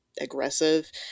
aggressive